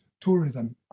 tourism